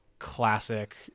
classic